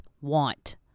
want